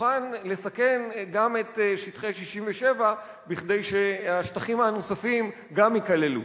מוכן לסכן גם את שטחי 67' כדי שהשטחים הנוספים גם ייכללו.